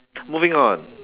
moving on